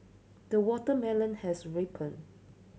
the watermelon has ripened